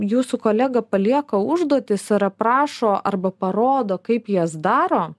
jūsų kolega palieka užduotis ir aprašo arba parodo kaip jas daro